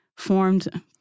formed